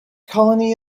colony